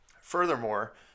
Furthermore